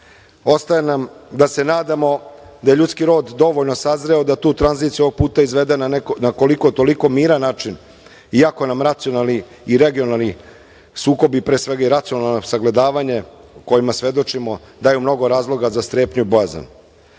Ostaje nam da se nadamo da je ljudski rod dovoljno sazreo da tu tranziciju ovog puta izvede na koliko-toliko miran način, iako nam racionalni i regionalni sukobi, pre svega i racionalno sagledavanje kojima svedočimo daju mnogo razloga za strepnju i bojazan. Što